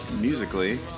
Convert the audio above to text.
musically